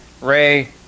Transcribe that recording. Ray